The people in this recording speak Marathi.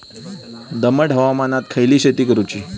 दमट हवामानात खयली शेती करूची?